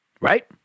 Right